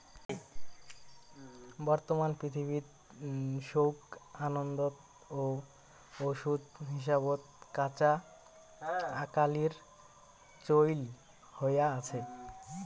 বর্তমান পৃথিবীত সৌগ আন্দাত ও ওষুধ হিসাবত কাঁচা আকালির চইল হয়া আছে